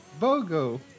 Bogo